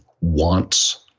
wants